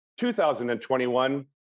2021